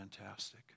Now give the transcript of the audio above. fantastic